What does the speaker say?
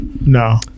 no